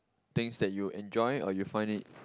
things that you enjoy or you find it